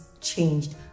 changed